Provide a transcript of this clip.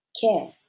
care